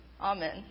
Amen